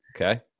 Okay